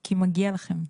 כי מגיע לכם.